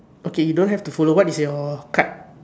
okay you don't have to follow what is your card